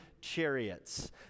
chariots